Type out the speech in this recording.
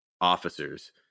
officers